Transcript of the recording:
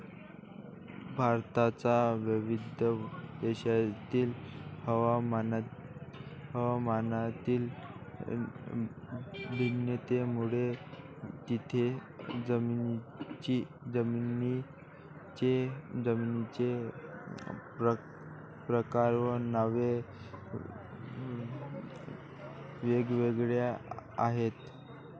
भारताच्या विविध प्रदेशांतील हवामानातील भिन्नतेमुळे तेथील जमिनींचे प्रकार व नावे वेगवेगळी आहेत